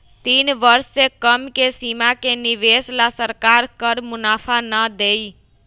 तीन वर्ष से कम के सीमा के निवेश ला सरकार कर मुनाफा ना देई